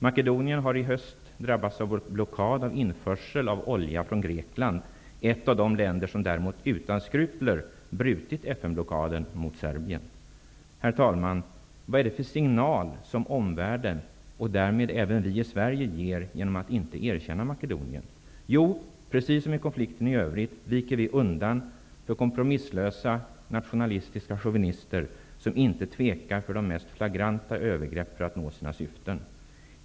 Makedonien har i höst drabbats av blockad av införsel av olja från Grekland, ett av de länder som däremot utan skrupler har brutit FN-blockaden mot Serbien. Herr talman! Vad är det för signal som omvärlden, därmed även Sverige, ger genom att inte erkänna Makedonien? Jo, precis som i konflikten i övrigt viker vi undan för kompromisslösa nationalistiska chauvinister som inte tvekar för de mest flagranta övergrepp för att nå sina syften.